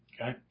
Okay